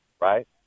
right